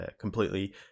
completely